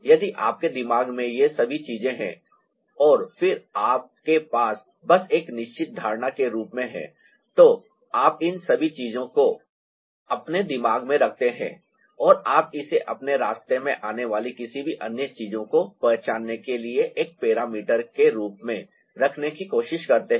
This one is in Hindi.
यदि आपके दिमाग में ये सभी चीजें हैं और फिर आपके पास बस एक निश्चित धारणा के रूप में है तो आप इन सभी चीजों को अपने दिमाग में रखते हैं और आप इसे अपने रास्ते में आने वाली किसी भी अन्य चीज को पहचानने के लिए एक पैरामीटर के रूप में रखने की कोशिश करते हैं